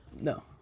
No